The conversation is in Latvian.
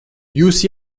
jūs